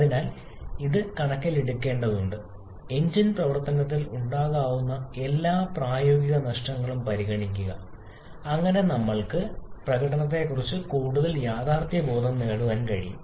അതിനാൽ ഇത് കണക്കിലെടുക്കേണ്ടതുണ്ട് എഞ്ചിൻ പ്രവർത്തനത്തിൽ ഉണ്ടാകാവുന്ന എല്ലാ പ്രായോഗിക നഷ്ടങ്ങളും പരിഗണിക്കുക അങ്ങനെ നമ്മൾക്ക് കഴിയും പ്രകടനത്തെക്കുറിച്ച് കൂടുതൽ യാഥാർത്ഥ്യബോധം നേടുക